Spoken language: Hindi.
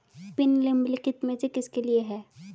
पिन निम्नलिखित में से किसके लिए है?